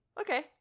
Okay